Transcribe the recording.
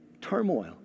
turmoil